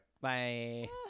Bye